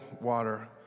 water